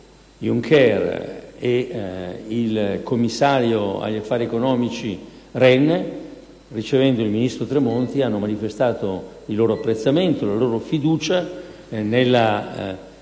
Juncker, ed il commissario agli affari economici, Olli Rehn, ricevendo il ministro Tremonti, hanno manifestato il loro apprezzamento e la loro fiducia rispetto